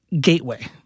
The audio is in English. gateway